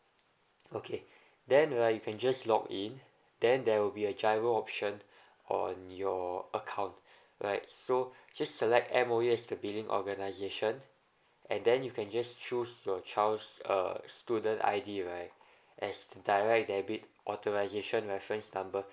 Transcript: okay then right you can just log in then there will be a G_I_R_O option on your account right so just select M_O_E as the billing organisation and then you can just choose your child's uh student I_D right as direct debit authorisation reference number